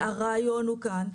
הרעיון הוא כאן,